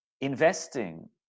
investing